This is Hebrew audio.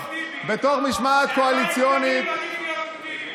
אם אתה עם קריב, עדיף להיות עם טיבי.